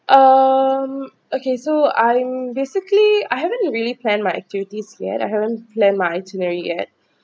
um okay so I'm basically I haven't really plan my duties yet I haven't plan my itinerary yet